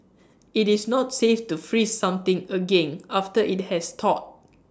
IT is not safe to freeze something again after IT has thawed